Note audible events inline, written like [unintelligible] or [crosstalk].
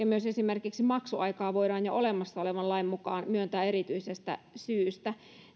[unintelligible] myös esimerkiksi maksuaikaa voidaan jo olemassa olevan lain mukaan myöntää erityisestä syystä